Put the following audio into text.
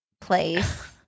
place